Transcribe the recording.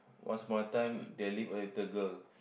Once Upon a Time there live a little girl